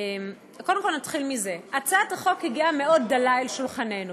קודם כול נתחיל מזה: הצעת החוק הגיעה מאוד דלה אל שולחננו.